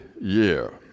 year